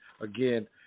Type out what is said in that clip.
again